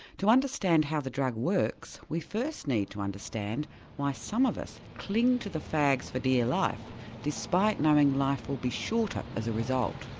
to understand how the drug works we first need to understand why some of us cling to the fags for dear life despite knowing life will be shorter as a result.